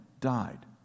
died